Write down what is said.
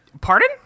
Pardon